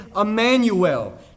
Emmanuel